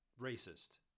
racist